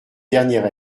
dernier